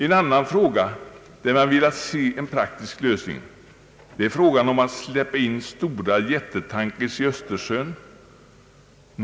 En annan fråga, som man velat se en praktisk lösning på, gäller om man skall släppa in jättetankers i Östersjön.